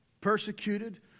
persecuted